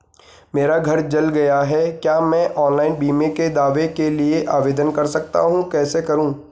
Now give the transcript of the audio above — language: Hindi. मेरा घर जल गया है क्या मैं ऑनलाइन बीमे के दावे के लिए आवेदन कर सकता हूँ कैसे करूँ?